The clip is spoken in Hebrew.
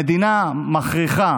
המדינה מכריחה